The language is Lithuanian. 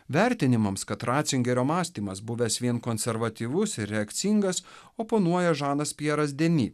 vertinimams kad ratzingerio mąstymas buvęs vien konservatyvus ir reakcingas oponuoja žanas pjeras deni